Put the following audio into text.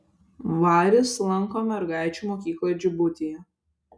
varis lanko mergaičių mokyklą džibutyje